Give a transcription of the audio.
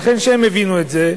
לכן, כשהם הבינו את זה,